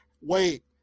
wait